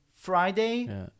Friday